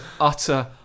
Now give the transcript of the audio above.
utter